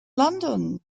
london